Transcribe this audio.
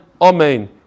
amen